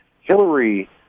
Hillary